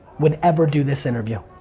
would ever do this interview,